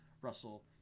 Russell